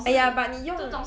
!aiya! but 你用